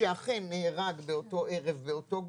שאכן נהרג באותו ערב באותו גדוד,